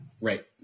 Right